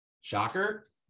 Shocker